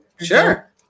sure